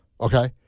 Okay